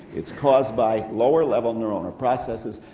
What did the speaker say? it's caused by lower-level neuronal processes,